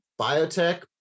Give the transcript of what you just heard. biotech